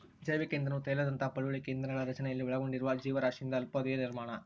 ಜೈವಿಕ ಇಂಧನವು ತೈಲದಂತಹ ಪಳೆಯುಳಿಕೆ ಇಂಧನಗಳ ರಚನೆಯಲ್ಲಿ ಒಳಗೊಂಡಿರುವ ಜೀವರಾಶಿಯಿಂದ ಅಲ್ಪಾವಧಿಯ ನಿರ್ಮಾಣ